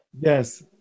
Yes